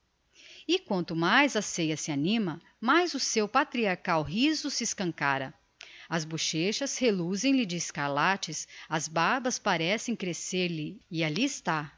e quanto mais a ceia se anima mais o seu patriarchal riso se escancara as bochechas reluzem lhe de escarlates as barbas parecem crescer lhe e alli está